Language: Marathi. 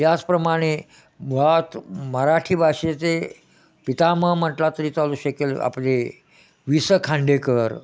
याचप्रमाणे मुळात मराठी भाषेचे पितामह म्हटलं तरी चालू शकेल आपले वि स खांडेकर